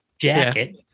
jacket